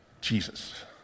Jesus